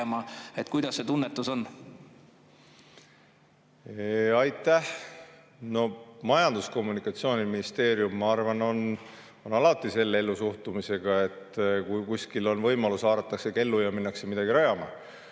Kuidas see tunnetus on? Aitäh! No Majandus‑ ja Kommunikatsiooniministeerium, ma arvan, on alati sellise ellusuhtumisega, et kui kuskil on võimalus, haaratakse kellu ja minnakse midagi rajama.